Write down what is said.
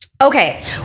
Okay